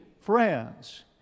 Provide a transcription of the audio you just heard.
friends